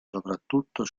soprattutto